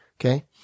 okay